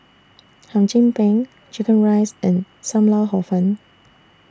Hum Chim Peng Chicken Rice and SAM Lau Hor Fun